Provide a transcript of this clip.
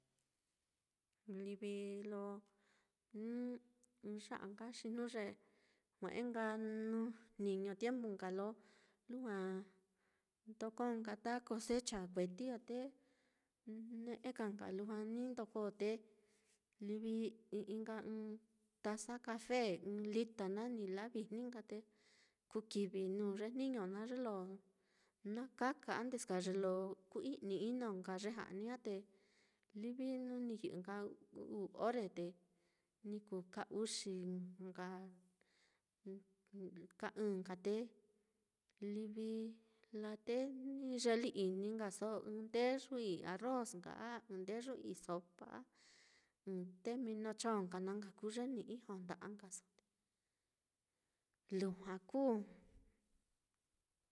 Livi lo ya'a nka xi jnu ye jue'e nka nuu jniño tiempu nka lo lujua ndokó nka ta cosecha kueti á, te ne'e ka nka lujua ni ndoko, te livi i'í nka ɨ́ɨ́n taza cafe, ɨ́ɨ́n lita naá ni lavijni nka te kuu kivi nuu ye jniño naá ye lo na kaka antes ka ye lo kuu i'ni ino nka ye ja'ni á, te livi jnu ni yɨ'ɨ nka uu orre te ni kuu ka uxi nka, n-ka ɨ̄ɨ̱n nka, te livi laa te ni yeli-ini nkaso ɨ́ɨ́n ndeyu i'i arroz nka a ɨ́ɨ́n ndeyu i'i sopa, a ɨ́ɨ́n té mino chong nka na nka kuu ye ni ijo nda'a nkaso, lujua kuu.